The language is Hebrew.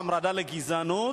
המרדה לגזענות,